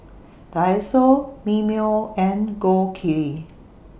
Daiso Mimeo and Gold Kili